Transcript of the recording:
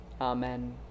Amen